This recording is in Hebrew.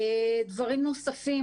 הדבר הראשון